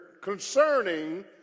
concerning